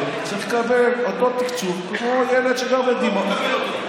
צריך לקבל אותו תקצוב כמו ילד שגר בדימונה.